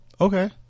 Okay